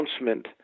announcement